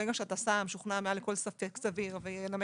ברגע שאתה שם שוכנע מעל כל ספק סביר וינמק